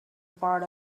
part